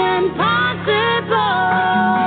impossible